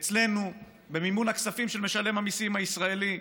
אצלנו, במימון הכספים של משלם המיסים הישראלי.